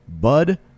bud